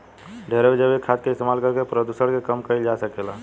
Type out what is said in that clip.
ढेरे जैविक खाद के इस्तमाल करके प्रदुषण के कम कईल जा सकेला